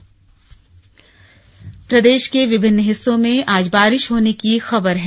मौसम प्रदेश के विभिन्न हिस्सों में आज बारिश होने की खबर है